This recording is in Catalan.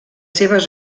seves